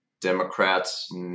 Democrats